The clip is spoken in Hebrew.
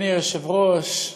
אדוני היושב-ראש,